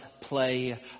play